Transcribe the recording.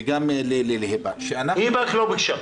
וגם להיבה - זה בשמה.